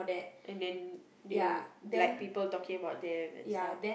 and then you like people talking about them and stuff